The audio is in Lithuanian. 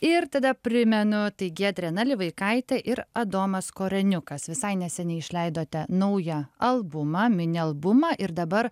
ir tada primenu tai giedrė nalivaikaitė ir adomas koreniukas visai neseniai išleidote naują albumą mini albumą ir dabar